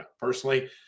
personally